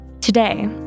Today